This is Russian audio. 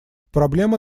проблема